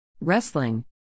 Wrestling